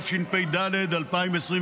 התשפ"ד 2024,